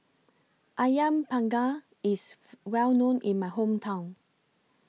Ayam Panggang IS Well known in My Hometown